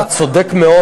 אתה צודק מאוד,